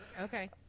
Okay